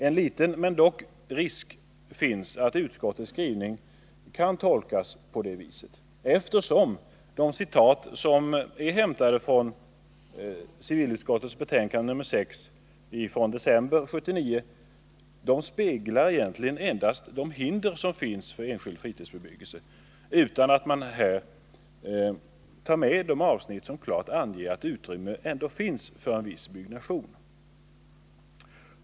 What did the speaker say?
En viss, om än liten, risk finns att utskottets skrivning kan tolkas på detta sätt, eftersom de citat som är hämtade från civilutskottets betänkande nr 6 från december 1979 endast speglar de hinder som finns för enskild fritidsbebyggelse, medan sådana avsnitt inte tas med som klart anger det utrymme som ändå finns för en viss byggnation.